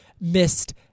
missed